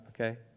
okay